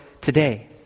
today